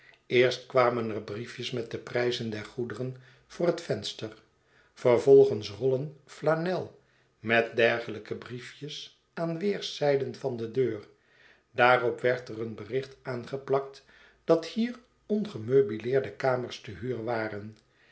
eerst kwamen er briefjes met de prijzen der goederen voor het venster vervolgens rollen flanel met dergelijke briefjes aan weerszijden van de deur daarop werd er een bericht aangeplakt dat hier ongemeubileerde kamers te huur waren